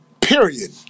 Period